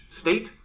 state